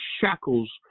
shackles